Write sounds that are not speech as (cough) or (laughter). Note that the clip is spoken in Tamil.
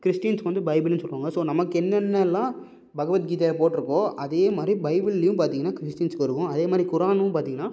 கிறிஸ்டின்ஸ்க்கு வந்து பைபுள்னு சொல்லுவாங்க ஸோ நமக்கு என்னனென்னலாம் பகவத்கீதை போட்டிருக்கோ அதே மாதிரி பைபிள்ளியும் பார்த்திங்கன்னா கிறிஸ்டின்ஸ் (unintelligible) அதே மாதிரி குரானும் பார்த்திங்னா